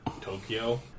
Tokyo